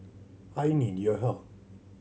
I need your help